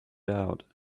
out